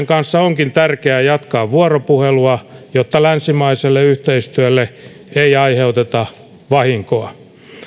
kanssa onkin tärkeää jatkaa vuoropuhelua jotta länsimaiselle yhteistyölle ei aiheuteta vahinkoa